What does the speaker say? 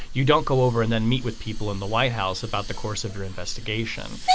you don't go over and then meet with people in the white house about the course of your investigation.